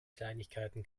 kleinigkeiten